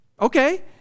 Okay